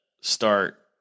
start